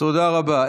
תודה רבה.